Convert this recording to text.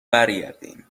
برگردین